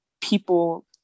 people